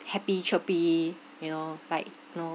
happy chirpy you know like know